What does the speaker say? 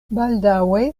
baldaŭe